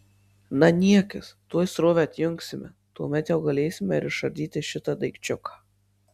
na niekis tuoj srovę atjungsime tuomet jau galėsime ir išardyti šitą daikčiuką